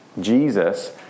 Jesus